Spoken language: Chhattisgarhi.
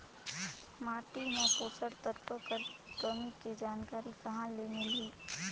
माटी मे पोषक तत्व कर कमी के जानकारी कहां ले मिलही?